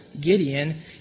Gideon